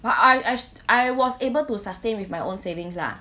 well I I I was able to sustain with my own savings lah